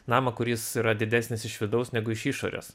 namą kuris yra didesnis iš vidaus negu iš išorės